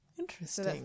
Interesting